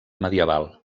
medieval